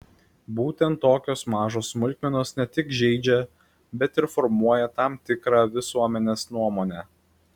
būtent tokios mažos smulkmenos ne tik žeidžia bet ir formuoja tam tikrą visuomenės nuomonę